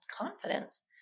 confidence